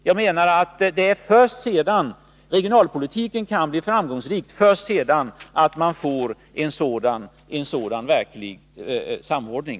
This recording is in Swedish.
Jag menar att det först är när regionalpolitiken har blivit framgångsrik som man får en sådan verklig samordning.